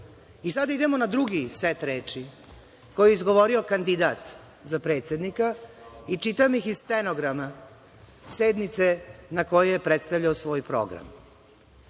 prava. Sada idemo na drugi set reči koje je izgovorio kandidat za predsednika i čitam ih iz stenograma sednice na kojoj je predstavljao svoj program.